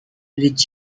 rich